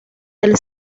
del